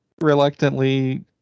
reluctantly